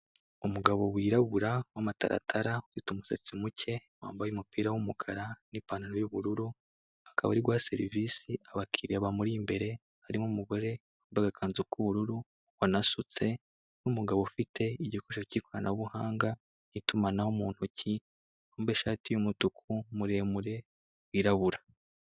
Umugabo wirabura w'amataratara, ufite umusatsi muke, wambaye umupira w'umukara n'ipanaro y'ubururu, akaba ari guha serivisi abakiriya bamurimbere harimo umugore wambaye ikanzu y'ubururu wanasutse, n'umugabo ufite igikoresho cy'ikoranabuhanga n'itumanaho muntoki wambaye ishati itukura muremure wirabura.